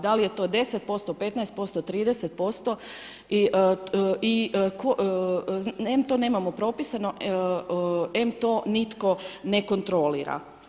Da li je to 10%, 15%, 30% i em to nemamo propisano, em to nitko ne kontrolira.